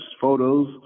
photos